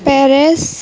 Paris